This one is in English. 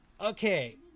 Okay